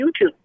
youtube